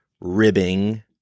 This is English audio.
ribbing